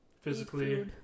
Physically